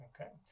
Okay